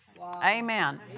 Amen